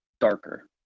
darker